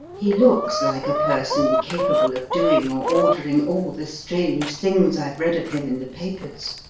he looks like a person capable of doing or ordering all the strange things i've read of him in the papers.